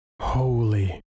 Holy